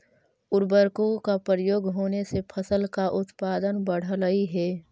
उर्वरकों का प्रयोग होने से फसल का उत्पादन बढ़लई हे